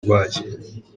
ndwaye